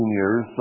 years